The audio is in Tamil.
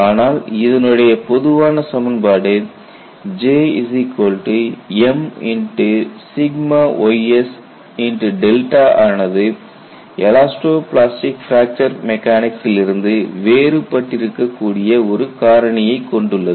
ஆனால் இதனுடைய பொதுவான சமன்பாடு Jmys ஆனது எலாஸ்டோ பிளாஸ்டிக் பிராக்சர் மெக்கானிக்சில் இருந்து வேறுபட்டிருக்கக்கூடிய ஒரு காரணியை கொண்டுள்ளது